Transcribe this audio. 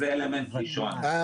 זה אלמנט ראשון.